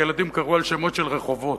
שלילדים קראו על שמות של רחובות,